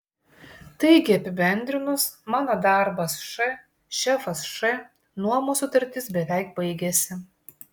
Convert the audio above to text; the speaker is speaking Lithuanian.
taigi apibendrinus mano darbas š šefas š nuomos sutartis beveik baigiasi